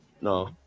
No